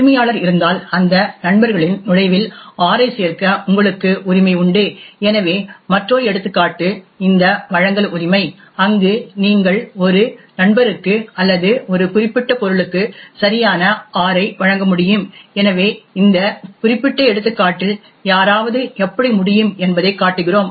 உரிமையாளர் இருந்தால் அந்த நண்பர்களின் நுழைவில் R ஐச் சேர்க்க உங்களுக்கு உரிமை உண்டு எனவே மற்றொரு எடுத்துக்காட்டு இந்த வழங்கல் உரிமை அங்கு நீங்கள் ஒரு நண்பருக்கு அல்லது ஒரு குறிப்பிட்ட பொருளுக்கு சரியான R ஐ வழங்க முடியும் எனவே இந்த குறிப்பிட்ட எடுத்துக்காட்டில் யாராவது எப்படி முடியும் என்பதைக் காட்டுகிறோம்